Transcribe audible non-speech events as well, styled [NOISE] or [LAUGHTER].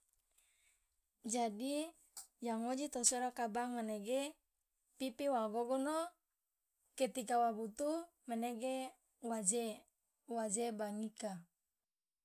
[NOISE] jadi yang ngoji tosi [NOISE] odaka bank menege pipi wa gogono ketika wa butuh menege wa je wa je bank ika.